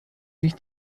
sich